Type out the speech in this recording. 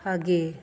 ಹಾಗೆ